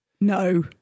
No